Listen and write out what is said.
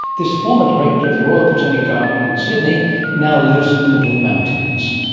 this former director of the royal botanic garden in sydney now lives in the blue mountains.